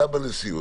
עלה בנשיאות,